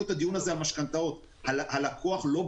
את הדיון הזה על משכנתאות ולא בוחר.